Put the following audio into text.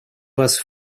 вас